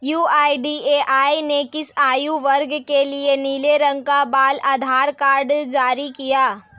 UIDAI ने किस आयु वर्ग के लिए नीले रंग का बाल आधार कार्ड जारी किया है?